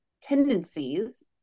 tendencies